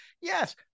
yes